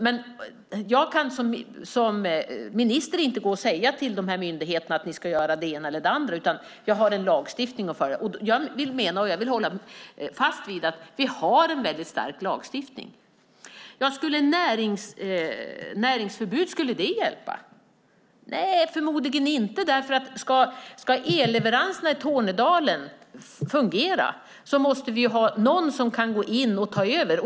Men jag kan som minister inte gå till de här myndigheterna och säga att de ska göra det ena eller det andra, utan jag har en lagstiftning att följa. Jag vill hålla fast vid att vi har en väldigt stark lagstiftning. Skulle näringsförbud hjälpa? Nej, förmodligen inte. Ska elleveranserna i Tornedalen fungera måste vi ju ha någon som kan gå in och ta över.